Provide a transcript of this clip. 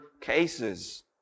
cases